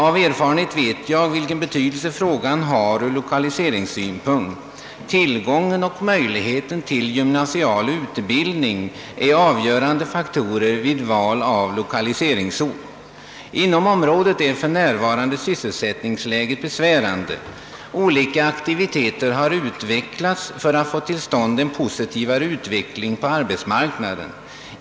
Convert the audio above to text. Av erfarenhet vet jag vilken betydelse den frågan har ur lokaliseringssynpunkt, Tillgången till och möjligheten av gymnasial utbildning är avgörande faktorer vid val av lokaliseringsort. Sysselsättningsläget i området är för närvarande besvärande, trots att olika aktiviteter har utvecklats för att få till stånd en mera positiv utveckling på arbetsmarknaden.